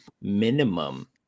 minimum